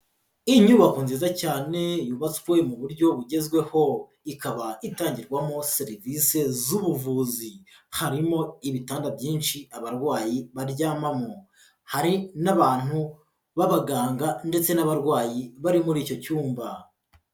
Inyubako nziza cyane yubatswe mu buryo bugezweho, ikaba itangirwamo serivise z'ubuvuzi, harimo ibitanda byinshi abarwayi baryamamo, hari n'abantu b'abaganga ndetse n'abarwayi bari muri icyo cyumba.